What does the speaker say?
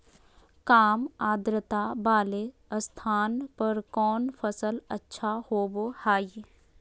काम आद्रता वाले स्थान पर कौन फसल अच्छा होबो हाई?